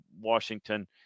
Washington